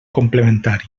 complementari